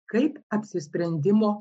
kaip apsisprendimo